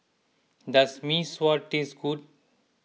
does Mee Sua tastes good